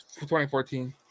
2014